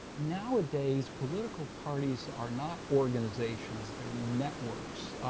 nowadays, political parties are not organizations, they're networks.